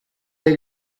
der